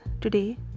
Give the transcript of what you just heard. today